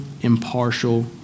impartial